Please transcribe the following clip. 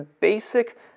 basic